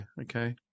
okay